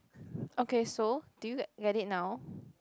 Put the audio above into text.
okay so do you get it now